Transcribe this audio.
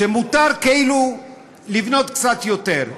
שמותר כאילו לבנות קצת יותר.